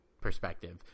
perspective